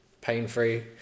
pain-free